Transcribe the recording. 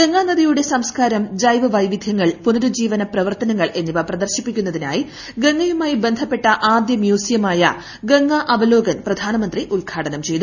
ഗംഗാ നദിയുടെ സംസ്കാരം ജൈവ വൈവിധ്യങ്ങൾ പുനരുജ്ജീവന പ്രവർത്തനങ്ങൾ എന്നിവ പ്രദർശിപ്പിക്കുന്നതിനായി ഗംഗയുമായി ബന്ധപ്പെട്ട ആദ്യ മ്യൂസിയമ്യായ ഗംഗ അവലോകൻ പ്രധാനമന്ത്രി ഉദ്ഘാടനം ചെയ്തു